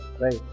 right